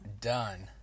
done